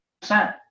percent